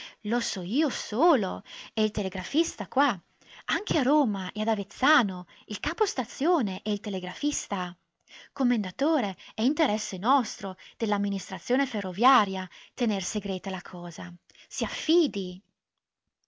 lo so io solo e il telegrafista qua anche a roma e ad avezzano il capo-stazione e il telegrafista commendatore è interesse nostro dell'amministrazione ferroviaria tener segreta la cosa si affidi